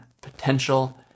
potential